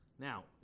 Now